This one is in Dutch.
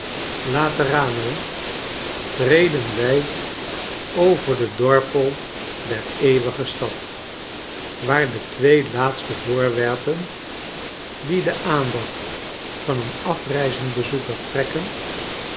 later a no treden wij over den dorpel der eeuwige stad waar de twee laatste voorwerpen die de aandacht van een afreizend bezoeker trekken